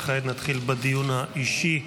כעת נתחיל בדיון האישי.